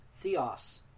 theos